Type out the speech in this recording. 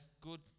good